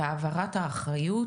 והעברת האחריות